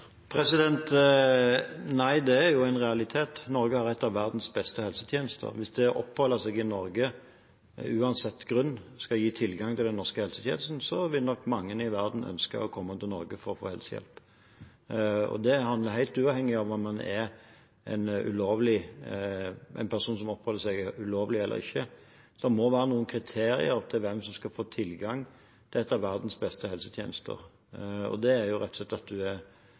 Nei, det er jo en realitet. Norge har en av verdens beste helsetjenester. Hvis det å oppholde seg i Norge, uansett grunn, skal gi tilgang til den norske helsetjenesten, vil nok mange i verden ønske å komme til Norge for å få helsehjelp. Det er helt uavhengig av om en er en person som oppholder seg her ulovlig eller ikke. Det må være noen kriterier for hvem som skal få tilgang til en av verdens beste helsetjenester, og det er rett og slett at en er